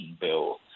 bill